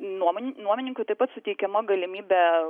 nuominin nuomininkui taip pat suteikiama galimybė